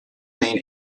main